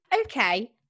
okay